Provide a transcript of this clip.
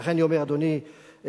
ולכן אני אומר, אדוני היושב-ראש,